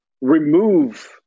remove